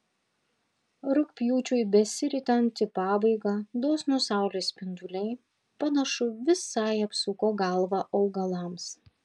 rugpjūčiui besiritant į pabaigą dosnūs saulės spinduliai panašu visai apsuko galvą augalams